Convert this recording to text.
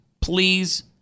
Please